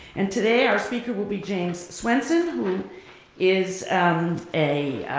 and today, our speaker will be james swenson, who is a